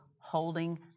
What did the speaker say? holding